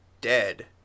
dead